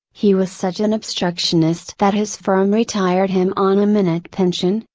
he was such an obstructionist that his firm retired him on a minute pension,